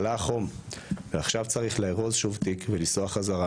עלה החום ועכשיו צריך לארוז שוב תיק ולנסוע חזרה,